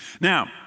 Now